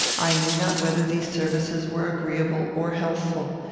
i knew not whether these services were agreeable or healthful.